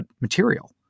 material